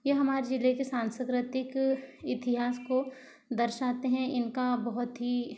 यह हमारे जिले के सांस्कृतिक इतिहास को दर्शाते हैं इनका बहुत ही